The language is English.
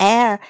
Air